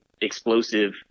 explosive